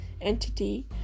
entity